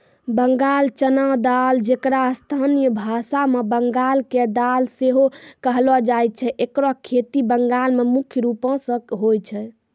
बंगाल चना दाल जेकरा स्थानीय भाषा मे बंगाल के दाल सेहो कहलो जाय छै एकरो खेती बंगाल मे मुख्य रूपो से होय छै